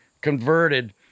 converted